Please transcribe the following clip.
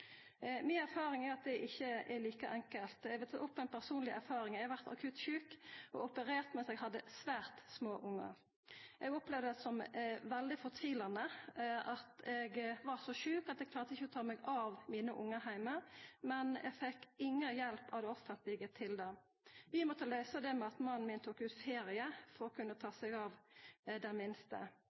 Mi erfaring er at det ikkje er like enkelt. Eg vil ta opp ei personleg erfaring. Eg blei akutt sjuk og operert mens eg hadde svært små ungar. Eg opplevde det som veldig fortvilande at eg var så sjuk at eg ikkje klarte å ta meg av mine ungar heime, men eg fekk ingen hjelp av det offentlege til det. Vi måtte løysa det ved at mannen min tok ut ferie for å kunna ta seg av den minste.